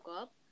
up